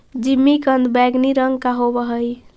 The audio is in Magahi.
जिमीकंद बैंगनी रंग का होव हई